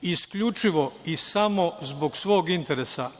Isključivo i samo zbog svog interesa.